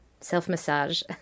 self-massage